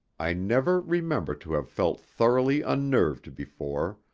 i never remember to have felt thoroughly unnerved before,